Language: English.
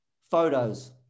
Photos